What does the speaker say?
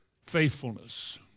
faithfulness